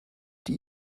die